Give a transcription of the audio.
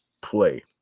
play